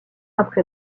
après